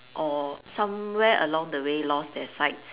or somewhere along the way lost their sight